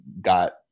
got